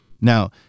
now